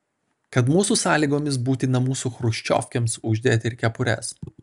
kad mūsų sąlygomis būtina mūsų chruščiovkėms uždėti ir kepures